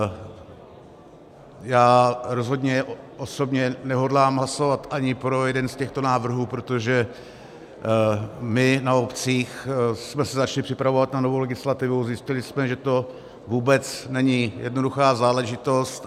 A já rozhodně osobně nehodlám hlasovat ani pro jeden z těchto návrhů, protože my na obcích jsme se začali připravovat na novou legislativu a zjistili jsme, že to vůbec není jednoduchá záležitost.